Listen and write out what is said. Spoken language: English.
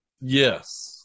yes